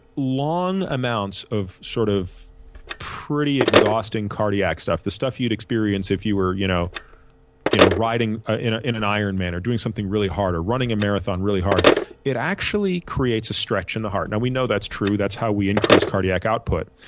long amounts of sort of pretty exhausting cardiac stuff the stuff you'd experience if you were you know you know riding ah in in an iron man or something really hard or running a marathon really hard it actually creates a stretch in the heart. now, we know that's true. that's how we increase cardiac output.